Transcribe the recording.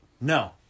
No